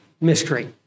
mystery